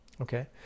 Okay